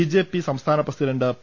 BJP സംസ്ഥാന president P